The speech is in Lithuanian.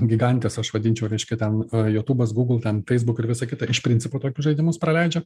gigantės aš vadinčiau reiškia ten jotubas gūgl ten feisbuk ir visa kita iš principo tokius žaidimus praleidžia